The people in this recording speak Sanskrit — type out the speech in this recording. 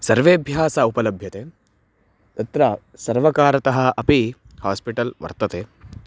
सर्वेभ्यः सः उपलभ्यते तत्र सर्वकारतः अपि हास्पिटल् वर्तते